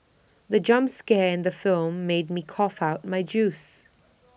the jump scare in the film made me cough out my juice